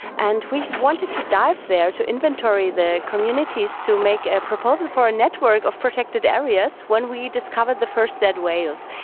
and we wanted to dive there, to inventory the communities to make a proposal for a network of protected areas when we discovered the first dead whales.